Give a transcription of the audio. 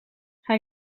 hij